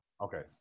Okay